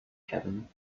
cabin